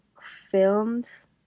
films